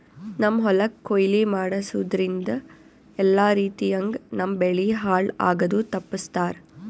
ನಮ್ಮ್ ಹೊಲಕ್ ಕೊಯ್ಲಿ ಮಾಡಸೂದ್ದ್ರಿಂದ ಎಲ್ಲಾ ರೀತಿಯಂಗ್ ನಮ್ ಬೆಳಿ ಹಾಳ್ ಆಗದು ತಪ್ಪಸ್ತಾರ್